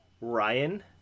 Ryan